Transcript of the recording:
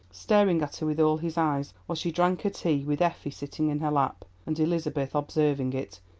staring at her with all his eyes while she drank her tea, with effie sitting in her lap, and elizabeth, observing it,